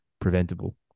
preventable